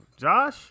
josh